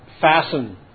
fasten